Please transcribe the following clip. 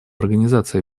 организации